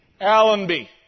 Allenby